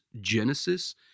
genesis